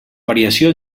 variació